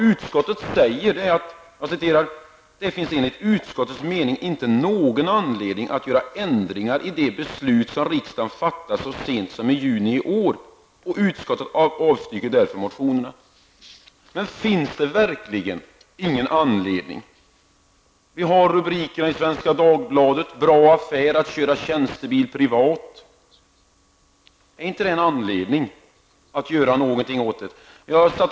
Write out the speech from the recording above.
Utskottet skriver: ''Det finns enligt utskottets mening inte någon anledning att göra ändringar i det beslut som riksdagen fattade så sent som i juni i år. Utskottet avstyrker därför motionerna''. Finns det verkligen ingen anledning? En rubrik i Svenska Dagbladet hade följande lydelse: Bra affär att köra tjänstebil privat''. Är inte detta en anledning att göra någonting åt problemet?